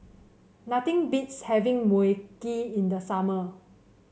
nothing beats having Mui Kee in the summer